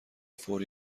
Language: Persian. فوری